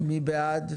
מי בעד?